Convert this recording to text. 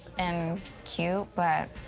and cute, but.